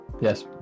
yes